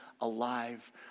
alive